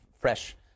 fresh